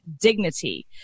dignity